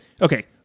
Okay